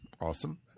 Awesome